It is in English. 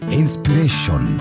inspiration